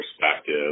perspective